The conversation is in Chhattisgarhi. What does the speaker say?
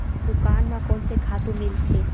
दुकान म कोन से खातु मिलथे?